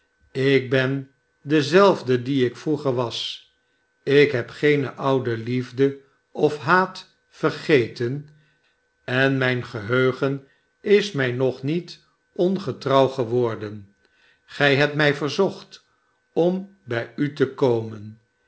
ik ben dezelfde die ik vroeger was ik heb geene oude liefde of haat vergeten en mijn geheugen is mij nog niet ongetrouw geworden gij hebt mij verzocht om bij u te komen